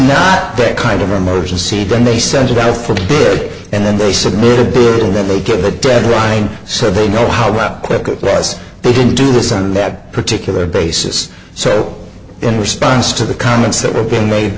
not that kind of emergency then they send it out for good and then they submit the bill then they get the deadline so they know how quick it was they didn't do this on that particular basis so in response to the comments that were being made